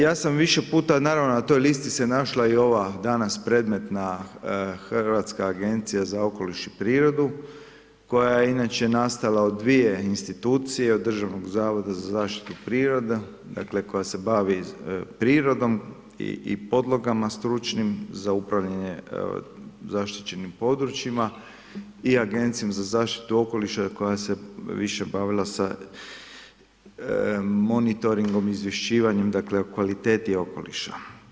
Ja sam više puta naravno na toj listi se našla i ova danas predmetna Hrvatska agencija za okoliš i prirodu koja je inače nastala od 2 institucije, od Državnog zavoda za zaštitu prirode, dakle koja se bavi prirodom i podlogama stručnim za upravljanje zaštićenim područjima i Agencijom za zaštitu okoliša koja se više bavila sa monitoringom, izvješćivanjem dakle o kvaliteti okoliša.